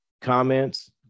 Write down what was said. comments